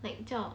like job